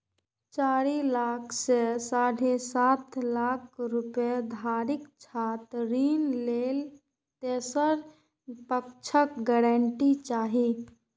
चारि लाख सं साढ़े सात लाख रुपैया धरिक छात्र ऋण लेल तेसर पक्षक गारंटी चाही